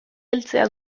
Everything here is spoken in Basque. heltzea